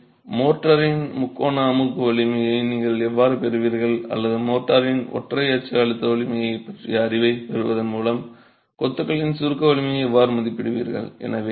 எனவே மோர்டாரின் முக்கோண அமுக்கு வலிமையை நீங்கள் எவ்வாறு பெறுவீர்கள் அல்லது மோர்டாரின் ஒற்றை அச்சு அழுத்த வலிமையைப் பற்றிய அறிவைப் பெறுவதன் மூலம் கொத்துகளின் சுருக்க வலிமையை எவ்வாறு மதிப்பிடுவீர்கள்